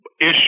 issue